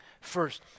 First